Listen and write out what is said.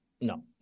No